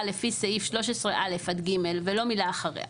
לפי סעיף 13(א) עד (ג) ולא מילא אחריה.